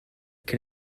can